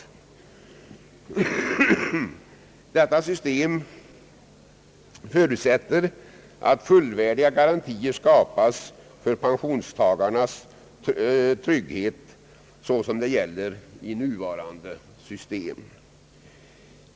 Detta system förutsätter att fullvärdiga garantier skapas för pensionstagarnas trygghet, såsom det gäller i nuva rande system.